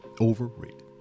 Overrated